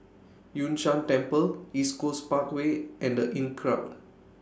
Yun Shan Temple East Coast Parkway and The Inncrowd